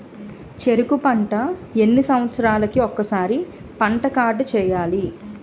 చెరుకు పంట ఎన్ని సంవత్సరాలకి ఒక్కసారి పంట కార్డ్ చెయ్యాలి?